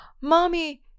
mommy